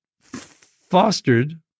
fostered